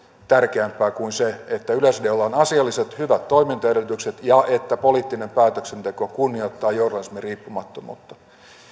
tärkeämpää kuin se että yleisradiolla on asialliset hyvät toimintaedellytykset ja että poliittinen päätöksenteko kunnioittaa journalismin riippumattomuutta